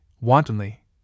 wantonly